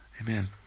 Amen